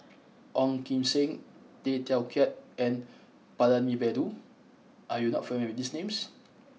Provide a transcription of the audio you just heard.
Ong Kim Seng Tay Teow Kiat and Palanivelu are you not familiar with these names